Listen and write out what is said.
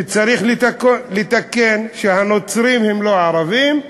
שצריך לתקן, שהנוצרים הם לא ערבים,